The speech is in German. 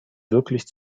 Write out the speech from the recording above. wirklich